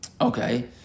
Okay